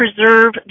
preserve